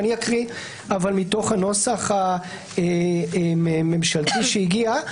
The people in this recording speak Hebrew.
אני אקרא מתוך הנוסח הממשלתי שהגיע.